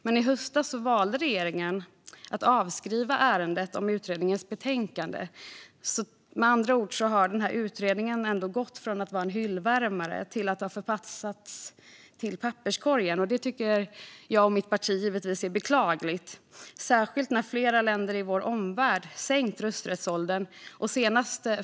Men i höstas valde regeringen att avskriva ärendet om utredningens betänkande. Med andra ord har den här utredningen gått från att vara en hyllvärmare till att ha förpassats till papperskorgen. Det tycker givetvis jag och mitt parti är beklagligt, särskilt då flera länder i vår omvärld har sänkt rösträttsåldern.